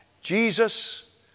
Jesus